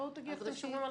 ראשית,